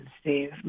Steve